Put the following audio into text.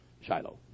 shiloh